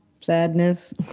sadness